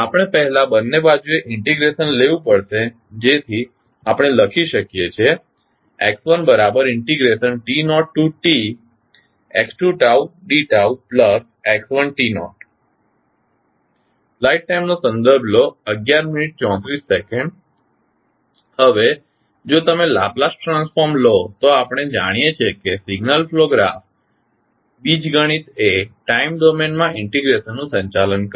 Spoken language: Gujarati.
આપણે પહેલા બંને બાજુએ ઇન્ટિગ્રેશન લેવું પડશે જેથી આપણે લખી શકીએ છીએ x1tt0tx2dτx1 હવે જો તમે લાપ્લાસ ટ્રાન્સફોર્મ લો તો આપણે જાણીએ છીએ કે સિગ્નલ ફ્લો ગ્રાફ બીજગણિત એ ટાઇમ ડોમેન માં ઇન્ટિગ્રેશનનું સંચાલન કરશે